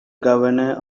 governor